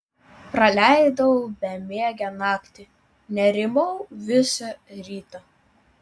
praleidau bemiegę naktį nerimau visą rytą